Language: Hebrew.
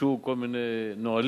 גובשו כל מיני נהלים,